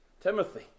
Timothy